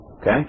Okay